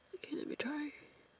okay let me try